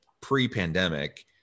Pre-pandemic